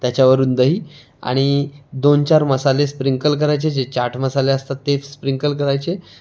त्याच्यावरून दही आणि दोन चार मसाले स्प्रिंकल करायचे जे चाट मसाले असतात ते स्प्रिंकल करायचे